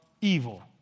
evil